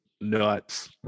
nuts